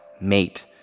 mate